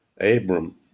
Abram